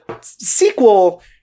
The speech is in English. sequel